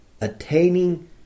attaining